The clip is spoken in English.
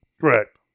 Correct